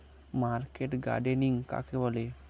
Market gardening কাকে বলে?